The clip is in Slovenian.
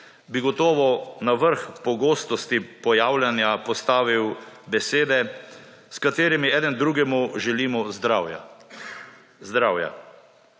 bi gotovo na vrh pogostosti pojavljanja postavil besede s katerimi eden drugemu želimo zdravja.